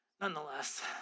Nonetheless